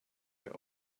i’ve